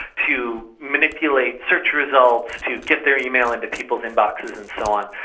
to manipulate search results, to get their email into people's inboxes and so on.